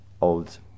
Old